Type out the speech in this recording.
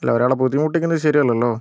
അല്ലാ ഒരാളെ ബുദ്ധിമുട്ടിക്കുന്നത് ശരിയല്ലല്ലോ